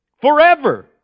forever